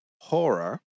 Horror